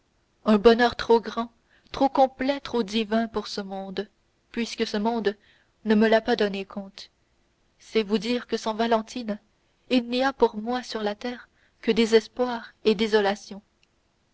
un bonheur trop grand trop complet trop divin pour ce monde puisque ce monde ne me l'a pas donné comte c'est vous dire que sans valentine il n'y a pour moi sur la terre que désespoir et désolation